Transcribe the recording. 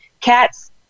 cats